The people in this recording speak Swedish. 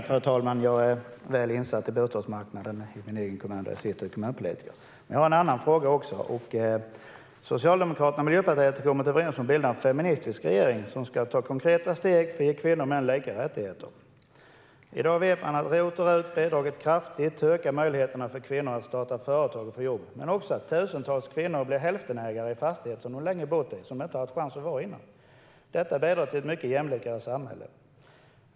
Fru talman! Jag är väl insatt i bostadsmarknaden i min egen kommun där jag är kommunpolitiker. Jag har en annan fråga också. Socialdemokraterna och Miljöpartiet har kommit överens om att bilda en feministisk regering som ska ta konkreta steg för att ge kvinnor och män lika rättigheter. I dag vet man att ROT och RUT-avdrag kraftigt har bidragit till att öka möjligheterna för kvinnor att starta företag och få jobb men också till att tusentals kvinnor blir hälftenägare i fastigheter som de länge bott i. Detta leder till ett mycket jämlikare samhälle.